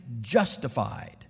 justified